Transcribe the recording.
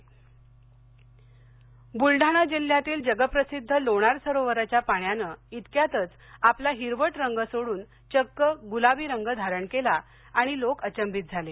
लोणार बुलडाणा जिल्ह्यातील जगप्रसिद्ध लोणार सरोवराच्या पाण्यानं इतक्यातच आपला हिरवट रंग सोडून चक्क गुलाबी रंग धारण केला आणि लोक अचंबित झाले